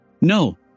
No